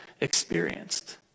experienced